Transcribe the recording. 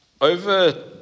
over